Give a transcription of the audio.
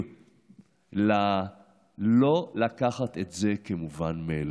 מצווים לא לקחת את זה כמובן מאליו,